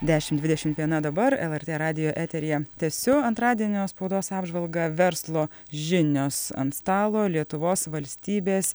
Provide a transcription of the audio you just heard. dešim dvidešimt viena dabar lrt radijo eteryje tęsiu antradienio spaudos apžvalgą verslo žinios ant stalo lietuvos valstybės